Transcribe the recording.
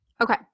okay